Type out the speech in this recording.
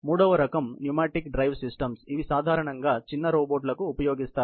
మూడవ రకం pneumatic drive systems ఇవి సాధారణంగా చిన్న రోబోట్లకు ఉపయోగిస్తారు